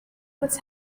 what